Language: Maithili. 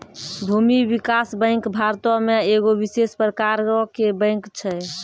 भूमि विकास बैंक भारतो मे एगो विशेष प्रकारो के बैंक छै